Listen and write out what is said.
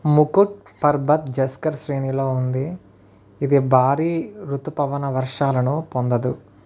ముకుట్ పర్బత్ జస్కర్ శ్రేణిలో ఉంది ఇది భారీ రుతుపవన వర్షాలను పొందదు